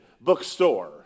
bookstore